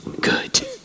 good